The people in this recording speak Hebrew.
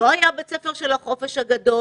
לא היה בית ספר של החופש הגדול,